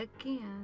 Again